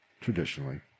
traditionally